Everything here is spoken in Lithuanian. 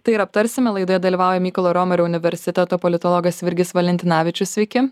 tai ir aptarsime laidoje dalyvauja mykolo romerio universiteto politologas virgis valentinavičius sveiki